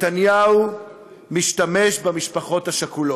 נתניהו משתמש במשפחות השכולות.